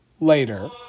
later